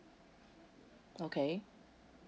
okay